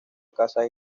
casas